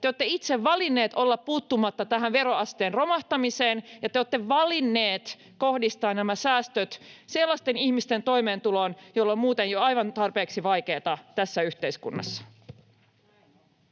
Te olette itse valinneet olla puuttumatta tähän veroasteen romahtamiseen, ja te olette valinneet kohdistaa nämä säästöt sellaisten ihmisten toimeentuloon, joilla on muuten jo aivan tarpeeksi vaikeaa tässä yhteiskunnassa.